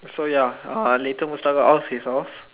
so ya uh later Mustafa out of his house